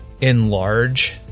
enlarge